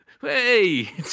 hey